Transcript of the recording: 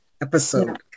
episode